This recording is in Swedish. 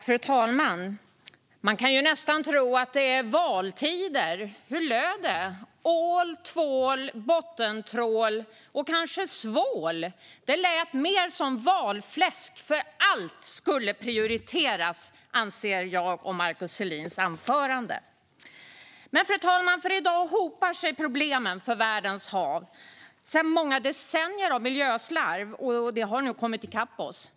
Fru talman! Man kan nästan tro att det är valtider. Hur löd det? Ål, tvål, bottentrål och kanske svål? Det lät mer som valfläsk, för allt skulle prioriteras, anser jag om Markus Selins anförande. Fru talman! I dag hopar sig problemen för världens hav sedan många decennier av miljöslarv har kommit i kapp oss.